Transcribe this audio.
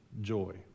joy